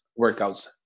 workouts